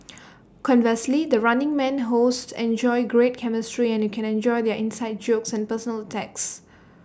conversely the running man hosts enjoy great chemistry and you can enjoy their inside jokes and personal attacks